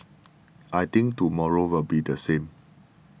I think tomorrow will be the same